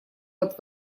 вот